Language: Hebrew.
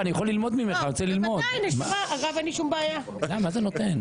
הסעיף הבא: